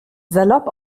salopp